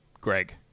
Greg